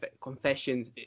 Confessions